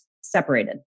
separated